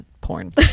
porn